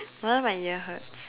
no wonder my ear hurts